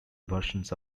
versions